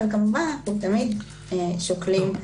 אבל כמובן תמיד שוקלים.